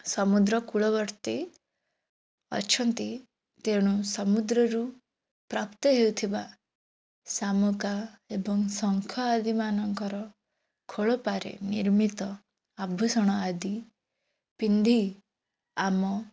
ସମୁଦ୍ର କୂଳବର୍ତ୍ତୀ ଅଛନ୍ତି ତେଣୁ ସମୁଦ୍ରରୁ ପ୍ରାପ୍ତ ହେଉଥିବା ଶାମୁକା ଏବଂ ଶଙ୍ଖଆଦିମାନଙ୍କର ଖୋଳପାରେ ନିର୍ମିତ ଆଭୂଷଣ ଆଦି ପିନ୍ଧି ଆମ